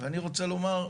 ואני רוצה לומר,